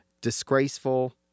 disgraceful